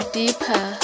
deeper